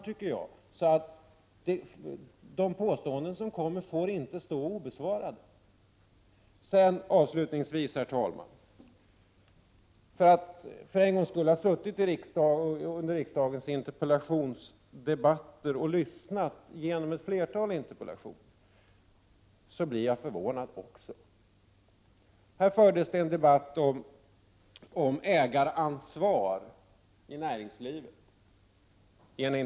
Thage G Petersons påståenden här i kammaren är dock sådana att de måste bemötas. Avslutningsvis vill jag, herr talman, säga följande. Jag har i dag för en gångs skull suttit i kammaren under hela interpellationsdebatten och jag har lyssnat till ett flertal interpellationer. Men jag måste säga att jag är förvånad. För inte så länge sedan fördes en interpellationsdebatt här i kammaren om ägaransvar i näringslivet.